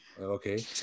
Okay